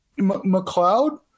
McLeod